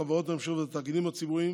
החברות הממשלתיות והתאגידים הציבוריים